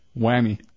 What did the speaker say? Whammy